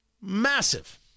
Massive